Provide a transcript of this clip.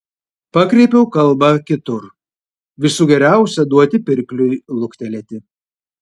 pakreipiau kalbą kitur visų geriausia duoti pirkliui luktelėti